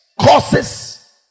causes